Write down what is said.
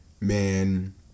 man